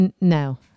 No